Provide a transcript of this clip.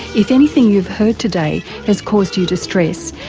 if anything you've heard today has caused you distress,